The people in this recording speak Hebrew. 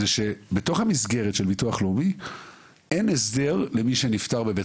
בתוך המסגרת של ביטוח לאומי אין הסדר למי שנפטר בבית